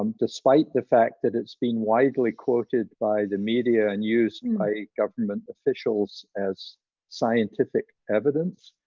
um despite the fact that it's been widely quoted by the media and used by government officials as scientific evidence.